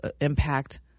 impact